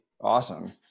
awesome